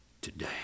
today